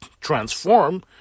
transform